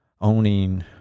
owning